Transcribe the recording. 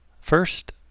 First